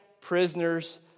prisoners